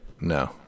no